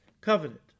covenant